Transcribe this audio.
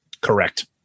correct